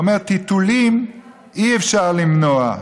הוא אומר: טיטולים אי-אפשר למנוע,